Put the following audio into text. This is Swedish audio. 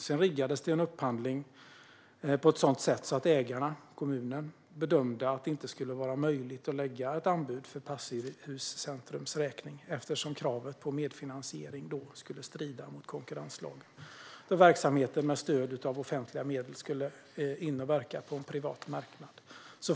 Sedan riggades en upphandling på ett sådant sätt att ägarna, kommunen, bedömde att det inte skulle vara möjligt att lägga ett anbud för Passivhuscentrums räkning, eftersom kravet på medfinansiering skulle strida mot konkurrenslagen då en verksamhet med stöd av offentliga medel skulle komma in och verka på en privat marknad.